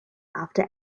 after